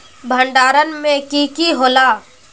भण्डारण में की की होला?